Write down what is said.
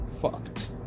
fucked